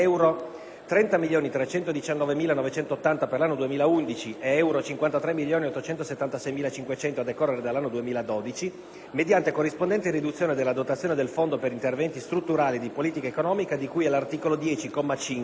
30.319.980 per l'anno 2011 e euro 53.876.500 a decorrere dall'anno 2012, mediante corrispondente riduzione della dotazione del Fondo per interventi strutturali di politica economica di cui all'articolo 10,